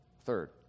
Third